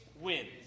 wins